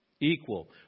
equal